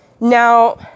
Now